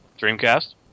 Dreamcast